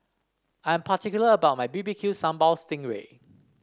I'm particular about my B B Q Sambal Sting Ray